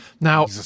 Now